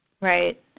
Right